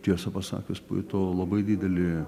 tiesą pasakius pajutau labai didelį